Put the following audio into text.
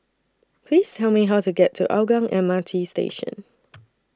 Please Tell Me How to get to Hougang M R T Station